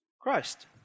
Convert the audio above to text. Christ